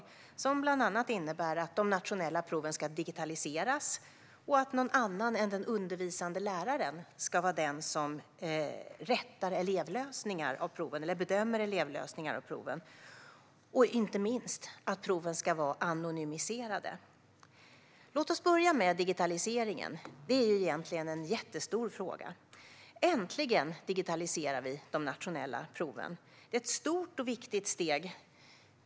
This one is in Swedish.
De innebär bland annat att de nationella proven ska digitaliseras, att någon annan än den undervisande läraren ska bedöma elevlösningar av proven och inte minst att proven ska vara anonymiserade. Låt oss börja med digitaliseringen. Det är egentligen en jättestor fråga. Äntligen digitaliserar vi de nationella proven. Det är ett stort och viktigt steg.